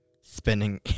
spinning